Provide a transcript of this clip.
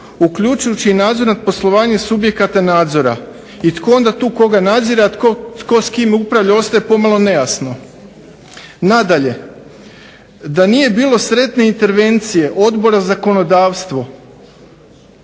uključujući i nadzorno poslovanje subjekata nadzora i tko onda tu koga nadzire,a tko s kim upravlja ostaje pomalo nejasno. Nadalje, da nije bilo sretnije intervencije Odbora za zakonodavstvo